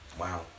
Wow